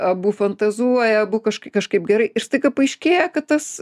abu fantazuoja abu kaž kažkaip gerai ir staiga paaiškėja kad tas